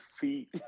feet